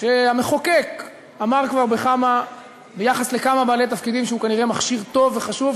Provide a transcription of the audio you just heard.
שהמחוקק אמר כבר ביחס לכמה בעלי תפקידים שהוא כנראה מכשיר טוב וחשוב,